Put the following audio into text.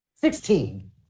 Sixteen